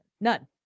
None